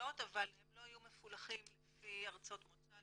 עולות אבל הם לא יהיו מפולחים לפי ארצות מוצא,